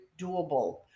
doable